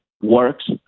works